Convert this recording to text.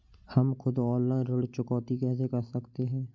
हम खुद ऑनलाइन ऋण चुकौती कैसे कर सकते हैं?